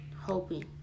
hoping